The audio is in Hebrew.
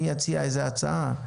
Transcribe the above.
אני אציע איזו הצעה,